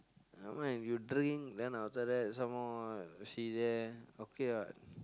never mind you drink then after that some more see there okay what